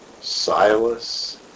Silas